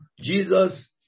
Jesus